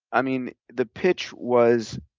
i mean, the pitch was,